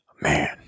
man